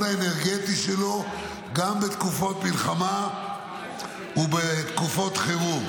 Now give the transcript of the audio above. האנרגטי שלו גם בתקופות מלחמה ובתקופות חירום,